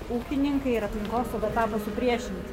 ūkininkai ir aplinkosauga tapo supriešinti